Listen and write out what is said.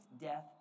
death